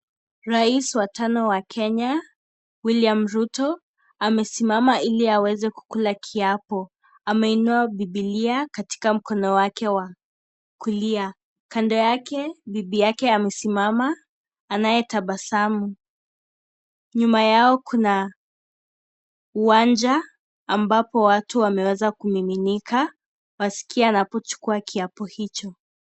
Rais wa tano wa Kenya, William Ruto amesimama ili aweze kukula kiapo. Ameinua bibilia katika mkono wake wa kulia. Kando yake bibi yake amesimama anayetabasamu. Nyuma yao kuna uwanja ambapo watu wameweza kumiminika waskie anapochukua kiapo hicho.